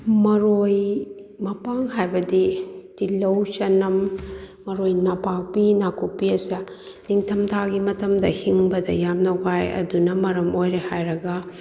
ꯃꯔꯣꯏ ꯃꯄꯥꯡ ꯍꯥꯏꯕꯗꯤ ꯇꯤꯜꯍꯧ ꯆꯅꯝ ꯃꯔꯣꯏ ꯅꯄꯥꯛꯄꯤ ꯅꯥꯀꯨꯞꯄꯤ ꯑꯁꯦ ꯅꯤꯡꯊꯝꯊꯥꯒꯤ ꯃꯇꯝꯗ ꯍꯤꯡꯕꯗ ꯌꯥꯝꯅ ꯋꯥꯏ ꯑꯗꯨꯅ ꯃꯔꯝ ꯑꯣꯏꯔꯦ ꯍꯥꯏꯔꯒ